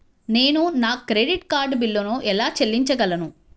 నేను నా credit card బిల్లును ఎలా చెల్లించగలను?